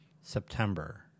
September